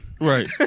Right